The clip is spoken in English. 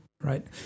right